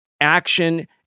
action